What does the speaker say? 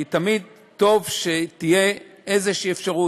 כי תמיד טוב שתהיה איזושהי אפשרות,